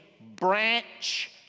branch